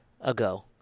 ago